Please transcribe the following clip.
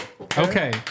Okay